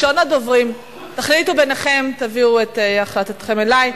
תחליטו ביניכם, תעבירו את החלטתכם אלי.